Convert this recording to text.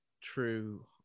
true